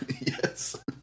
Yes